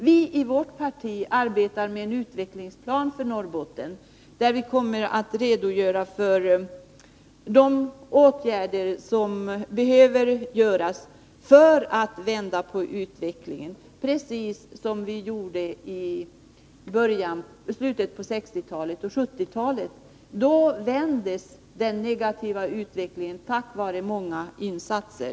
Vii vårt parti arbetar med en utvecklingsplan för Norrbotten, och vi kommer att redogöra för de åtgärder som behöver vidtas för att vända utvecklingen i rätt riktning. Det var vad vi gjorde i slutet av 1960-talet och i början av 1970-talet, och då vändes den negativa utvecklingen tack vare många insatser.